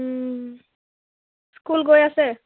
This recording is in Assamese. স্কুল গৈ আছে